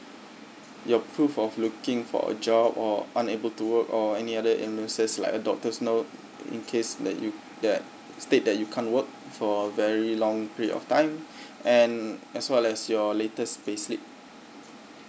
your proof of looking for a job or unable to work or any other like a doctor's note in case that you that state that you can't work for a very long period of time and as well as your latest payslip